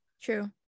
True